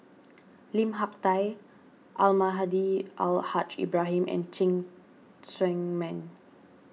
Lim Hak Tai Almahdi Al Haj Ibrahim and Cheng Tsang Man